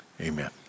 amen